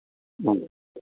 ആം